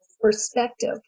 perspective